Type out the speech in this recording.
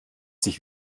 sich